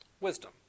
wisdom